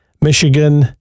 Michigan